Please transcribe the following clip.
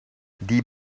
die